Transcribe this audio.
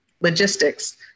Logistics